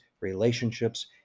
relationships